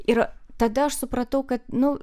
ir tada aš supratau kad nu